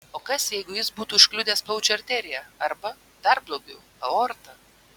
o kas jeigu jis būtų užkliudęs plaučių arteriją arba dar blogiau aortą